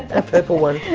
a purple one.